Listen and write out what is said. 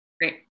Great